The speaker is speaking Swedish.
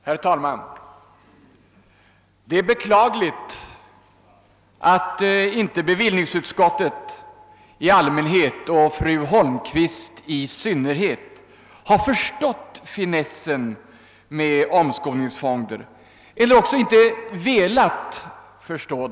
Herr talman! Det är beklagligt att bevillningsutskottet — och speciellt fru Holmqvist — antingen inte har förstått finessen med omskolningsfonder eller också inte velat förstå den.